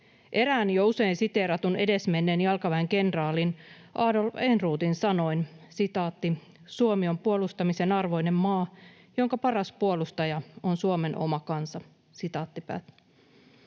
Jo usein siteeratun edesmenneen jalkaväenkenraali Adolf Ehrnroothin sanoin: ”Suomi on puolustamisen arvoinen maa, jonka paras puolustaja on Suomen oma kansa.” Tämä